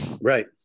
Right